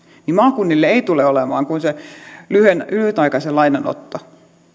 niin maakunnille ei tule olemaan kuin se lyhytaikaisen lainan otto